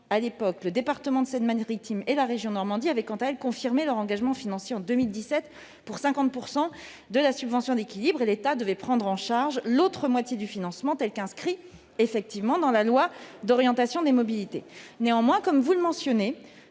à l'époque -, le département de la Seine-Maritime et la région de Normandie, avaient quant à elles confirmé leur engagement financier en 2017, pour 50 % de la subvention d'équilibre, et l'État devait prendre en charge l'autre moitié du financement. Ces dispositions étaient effectivement inscrites dans la LOM. Néanmoins, comme vous le mentionnez,